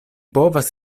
povas